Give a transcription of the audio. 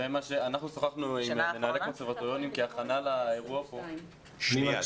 אנחנו שוחחנו עם הרבה קונסרבטוריונים כהכנה לאירוע פה -- שנייה,